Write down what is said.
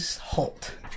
halt